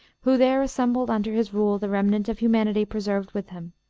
who there assembled under his rule the remnant of humanity preserved with him.